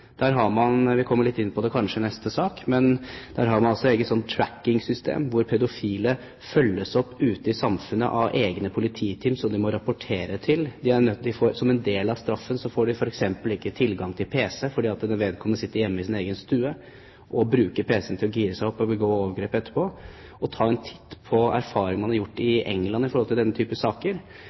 neste sak – et eget tracking-system, hvor pedofile følges opp ute i samfunnet av egne polititeam som de må rapportere til. Som en del av straffen får de f.eks. ikke tilgang til pc, fordi vedkommende kan sitte hjemme i sin egen stue og bruke pc-en til å gire seg opp, for så å begå overgrep etterpå. Å ta en titt på erfaringer man har gjort i England med denne typen saker, kan være en god idé. Forslaget om kjemisk kastrering blir ikke vedtatt. Men jeg synes det er grunn til